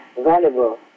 valuable